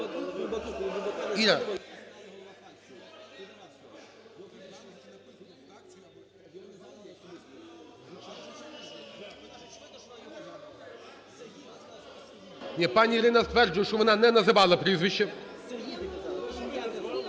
залі) Пані Ірина стверджує, що вона не називала прізвище.